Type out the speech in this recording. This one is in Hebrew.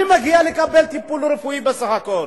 מי מגיע לקבל טיפול רפואי בסך הכול?